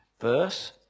verse